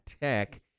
Tech